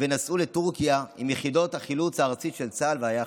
ונסעו לטורקיה עם יחידות החילוץ הארצית של צה"ל והיחצ"א.